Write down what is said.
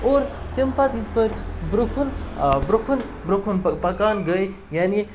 اور تمہِ پَتہٕ یِتھ پٲٹھۍ برونٛہہ کُن برونٛہہ کُن برونٛہہ کُن پَکان گٔے یعنے